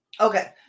Okay